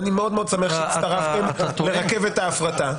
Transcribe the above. אני מאוד מאוד שמח שהצטרפתם לרכבת ההפרטה.